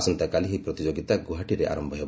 ଆସନ୍ତାକାଲି ଏହି ପ୍ରତିଯୋଗିତା ଗୁଆହାଟୀଠାରେ ଆରମ୍ଭ ହେବ